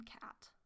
cat